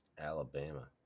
Alabama